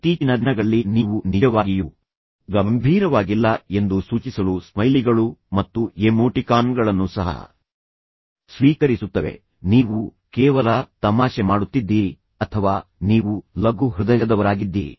ಇತ್ತೀಚಿನ ದಿನಗಳಲ್ಲಿ ನೀವು ನಿಜವಾಗಿಯೂ ಗಂಭೀರವಾಗಿಲ್ಲ ಎಂದು ಸೂಚಿಸಲು ಸ್ಮೈಲಿಗಳು ಮತ್ತು ಎಮೋಟಿಕಾನ್ಗಳನ್ನು ಸಹ ಸ್ವೀಕರಿಸುತ್ತವೆ ನೀವು ಕೇವಲ ತಮಾಷೆ ಮಾಡುತ್ತಿದ್ದೀರಿ ಅಥವಾ ನೀವು ಲಘು ಹೃದಯದವರಾಗಿದ್ದೀರಿ